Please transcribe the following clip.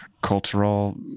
cultural